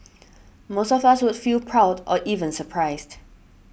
most of us would feel proud or even surprised